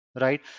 right